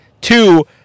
two